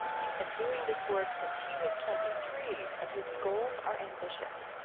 he's been doing this work since he was twenty three. and his goals are ambitious